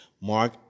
Mark